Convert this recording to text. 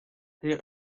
there